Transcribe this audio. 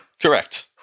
Correct